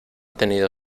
tenido